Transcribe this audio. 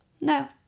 No